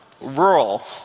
rural